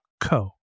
co